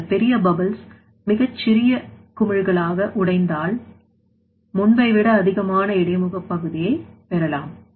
அந்த பெரிய bubbles மிகச்சிறிய குமிழ்களாக உடைத்தாள் முன்பைவிட அதிகமான இடைமுக பகுதியை பெறலாம்